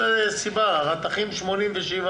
הבקשה לכניסה של